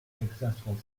successful